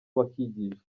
bakigishwa